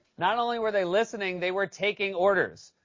not only were they listening, they were taking orders.